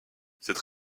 cette